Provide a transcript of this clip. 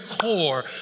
core